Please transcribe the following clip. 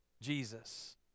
Jesus